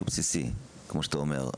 שהוא בסיסי כמו שאתה אומר,